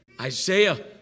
Isaiah